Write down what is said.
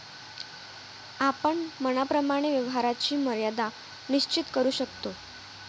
आपण मनाप्रमाणे व्यवहाराची मर्यादा निश्चित करू शकतो